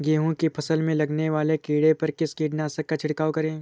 गेहूँ की फसल में लगने वाले कीड़े पर किस कीटनाशक का छिड़काव करें?